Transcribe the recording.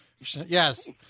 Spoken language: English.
Yes